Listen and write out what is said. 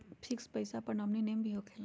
Fix पईसा पर nominee name भी होकेला?